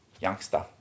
youngster